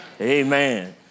Amen